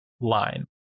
line